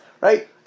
Right